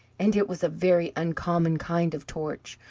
and it was a very uncommon kind of torch,